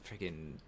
freaking